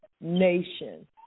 nation